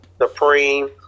supreme